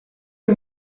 you